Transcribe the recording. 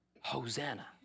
Hosanna